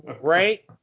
Right